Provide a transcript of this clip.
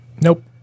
Nope